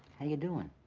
how you doing?